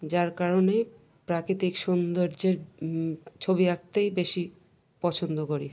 যার কারণেই প্রাকৃতিক সৌন্দর্যের ছবি আঁকতেই বেশি পছন্দ করি